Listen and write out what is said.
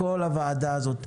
כל הוועדה הזאת.